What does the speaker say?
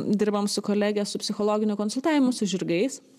dirbam su kolege su psichologiniu konsultavimu su žirgais